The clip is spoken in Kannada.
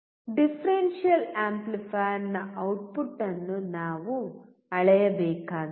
ಡಿಫರೆನ್ಷಿಯಲ್ ಆಂಪ್ಲಿಫೈಯರ್ನ ಔಟ್ಪುಟ್ ಅನ್ನು ನಾವು ಅಳೆಯಬೇಕಾಗಿದೆ